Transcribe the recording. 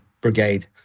brigade